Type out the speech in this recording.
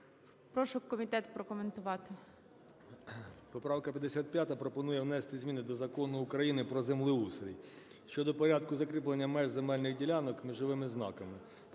Прошу комітет прокоментувати.